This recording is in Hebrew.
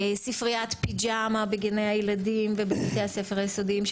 ספריית פיג'מה בגני הילדים, ובבתי הספר היסודיים.